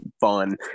fun